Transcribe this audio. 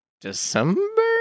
December